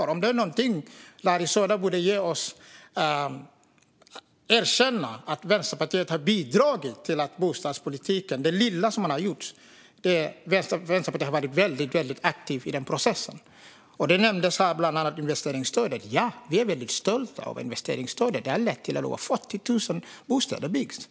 Om det är något Larry Söder borde ge oss är det att erkänna att Vänsterpartiet har bidragit till det lilla som ändå har gjorts inom bostadspolitiken. Vänsterpartiet har varit väldigt aktivt i den processen. Här nämndes bland annat investeringsstödet. Ja, vi är väldigt stolta över investeringsstödet. Det har lett till att över 40 000 bostäder har byggts.